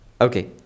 Okay